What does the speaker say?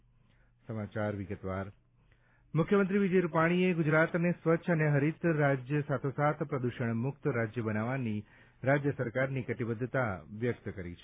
CM પર્યાવરણ દિવસ મુખ્યમંત્રીશ્રી વિજય રૂપાણીએ ગુજરાતને સ્વચ્છ અને હરિત રાજ્ય સાથોસાથ પ્રદૂષણ મુક્ત રાજ્ય બનાવવાની રાજ્ય સરકારની કટીબદ્ધતા વ્યક્ત કરી છે